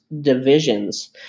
divisions